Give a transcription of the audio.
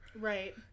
Right